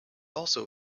also